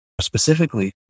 specifically